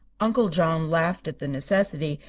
uncle john laughed at the necessity,